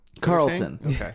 Carlton